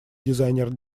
дизайнер